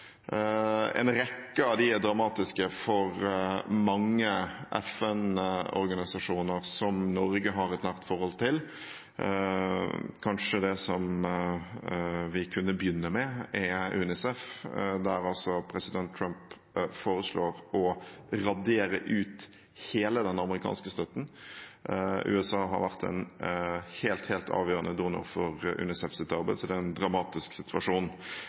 En rekke av dem er dramatiske for mange FN-organisasjoner som Norge har et nært forhold til. Kanskje vi skal begynne med UNICEF, der president Trump foreslår å radere ut hele den amerikanske støtten. USA har vært en helt avgjørende donor for UNICEFs arbeid, så det er en dramatisk situasjon.